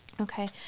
Okay